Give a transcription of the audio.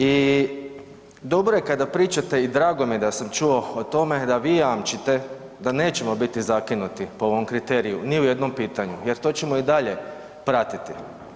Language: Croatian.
I dobro je kada pričate i drago mi je da sam čuo o tome da vi jamčite da nećemo biti zakinuti po ovom kriteriju ni u jednom pitanju jer to ćemo i dalje pratiti.